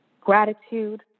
Gratitude